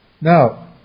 Now